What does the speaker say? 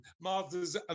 Martha's